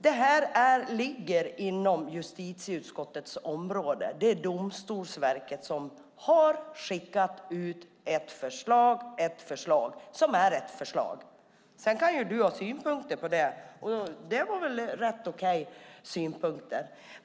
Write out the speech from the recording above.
Det här ligger inom justitieutskottets område. Det är Domstolsverket som har skickat ut ett förslag som är ett förslag. Sedan har du synpunkter på det, och det var väl rätt okej synpunkter.